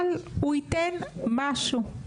אבל הוא ייתן משהו.